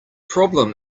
problem